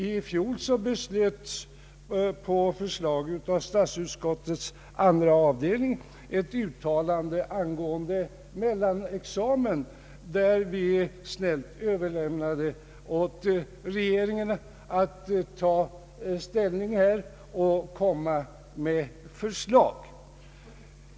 I fjol beslöts på förslag av statsutskottets andra avdelning ett uttalande angående mellanexamen, och det överlämnades snällt åt regeringen att ta ställning och komma med förslag.